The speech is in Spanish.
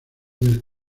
del